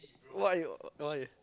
what you what you